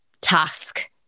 task